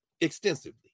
extensively